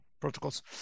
protocols